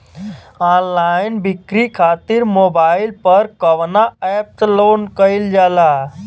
Online बिक्री खातिर mobile पर कवना एप्स लोन कईल जाला?